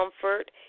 comfort